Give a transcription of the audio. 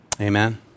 Amen